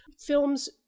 Films